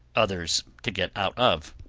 others to get out of.